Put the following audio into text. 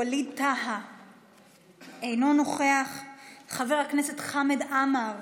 ובאמת ייתן שכל ודעת ובינה לכל המנהיגים שידעו מה לעשות,